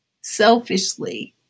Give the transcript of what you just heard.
selfishly